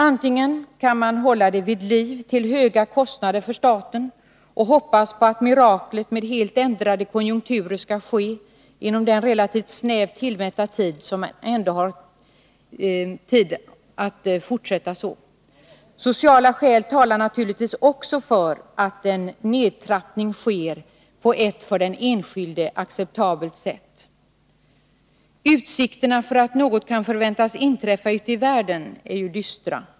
Antingen kan man hålla det hela vid liv till höga kostnader för staten och hoppas på att miraklet med helt ändrade konjunkturer skall ske inom den relativt snävt tillmätta tid som man ändå kan fortsätta så. Sociala skäl talar naturligtvis också för att en nedtrappning sker på ett för den enskilde acceptabelt sätt. Utsikterna för att något skall kunna förväntas inträffa ute i världen är dystra.